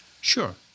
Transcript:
Sure